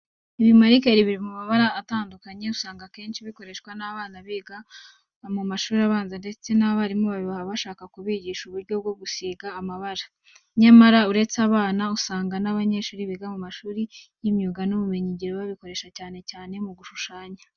Ibimarikeri biri mu mabara atandukanye, usanga akenshi bikoreshwa n'abana biga mu mashuri abanza ndetse abarimu babibaha bashaka kubigisha uburyo bwo gusiga amabara. Nyamara uretse aba bana, usanga n'abanyeshuri biga mu mashuri y'imyuga n'ubumenyingiro babikoresha cyane cyane mu gushushanya.